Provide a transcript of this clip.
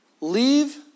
Leave